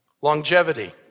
Longevity